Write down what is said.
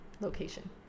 Location